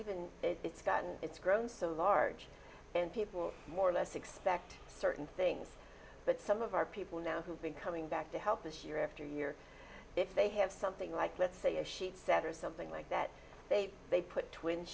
even it's gotten it's grown so large and people more or less expect certain things but some of our people now who've been coming back to help us year after year if they have something like let's say a sheet set or something like that they they put twin